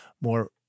more